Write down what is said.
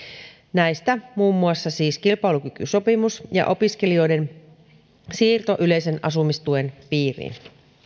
näistä muun muassa kilpailukykysopimus ja opiskelijoiden siirto yleisen asumistuen piiriin